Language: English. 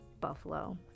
Buffalo